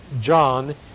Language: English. John